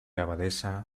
abadesa